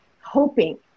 hoping